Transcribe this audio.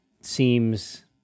seems